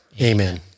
Amen